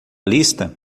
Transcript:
lista